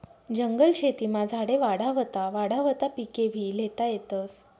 जंगल शेतीमा झाडे वाढावता वाढावता पिकेभी ल्हेता येतस